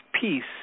peace